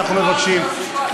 אנחנו מבקשים,